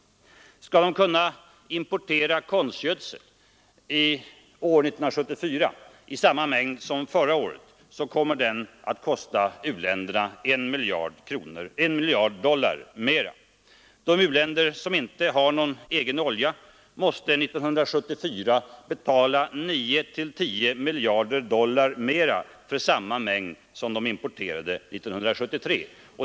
Om u-länderna vill importera konstgödsel i samma mängd år 1974 som förra året kommer det att kosta dem 1 miljard dollar mer. De u-länder som inte har någon egen olja måste 1974 betala 9—10 miljarder dollar mer för samma mängd som de importerade 1973.